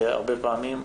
הרבה פעמים,